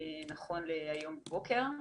היום בבוקר.